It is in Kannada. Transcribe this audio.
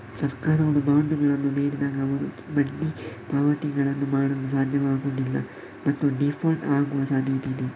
ಸರ್ಕಾರಗಳು ಬಾಂಡುಗಳನ್ನು ನೀಡಿದಾಗ, ಅವರು ಬಡ್ಡಿ ಪಾವತಿಗಳನ್ನು ಮಾಡಲು ಸಾಧ್ಯವಾಗುವುದಿಲ್ಲ ಮತ್ತು ಡೀಫಾಲ್ಟ್ ಆಗುವ ಸಾಧ್ಯತೆಯಿದೆ